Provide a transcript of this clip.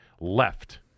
left –